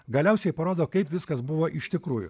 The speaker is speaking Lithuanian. galiausiai parodo kaip viskas buvo iš tikrųjų